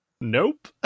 nope